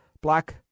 black